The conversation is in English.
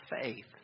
faith